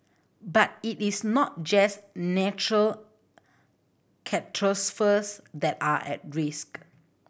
but it is not just natural that are risk